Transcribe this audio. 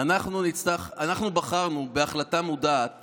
אנחנו בחרנו בהחלטה מודעת